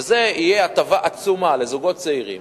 וזאת תהיה הטבה עצומה לזוגות צעירים